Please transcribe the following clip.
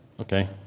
Okay